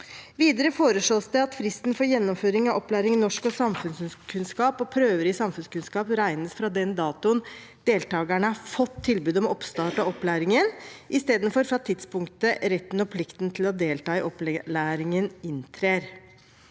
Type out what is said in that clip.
Videre foreslås det at fristen for gjennomføring av opplæring i norsk og samfunnskunnskap og prøver i samfunnskunnskap regnes fra den datoen deltageren har fått tilbud om oppstart av opplæringen, istedenfor fra tidspunktet retten og plikten til å delta i opplæringen inntrer.